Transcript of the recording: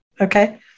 Okay